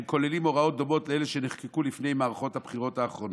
והם כוללים הוראות דומות לאלה שנחקקו לפני מערכות הבחירות האחרונות.